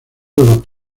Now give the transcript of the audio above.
los